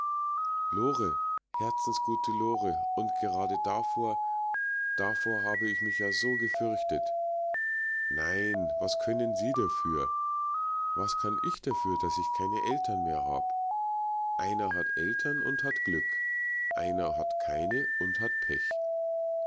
lore herzensgute lore und gerade davor davor hab ich mich ja so gefürchtet nein was können sie dafür was kann ich dafür daß ich keine eltern mehr hab einer hat eltern und hat glück einer hat keine und hat pech